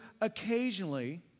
occasionally